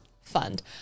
fund